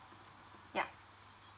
yup